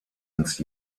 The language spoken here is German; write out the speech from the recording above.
ins